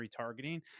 retargeting